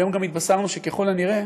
היום גם התבשרנו שככל הנראה